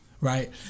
right